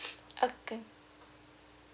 okay